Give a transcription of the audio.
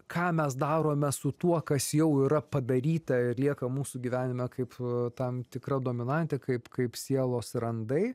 ką mes darome su tuo kas jau yra padaryta ir lieka mūsų gyvenime kaip tam tikra dominantė kaip kaip sielos randai